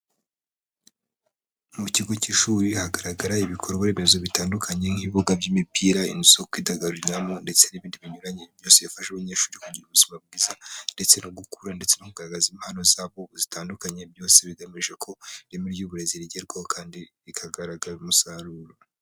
Mu kigo k'ishuri hagaragara ibikorwa remezo bitandukanye nk'ibibuga by'imipira, inzu yo kwidagaduriramo ndetse n'ibindi binyuranye byose bifasha abanyeshuri kugira ubuzima bwiza ndetse no gukura ndetse no kugaragaza impano zabo zitandukanye, byose bigamije ko ireme ry'uburezi rigerwaho kandi rikagaragaza umusaruro.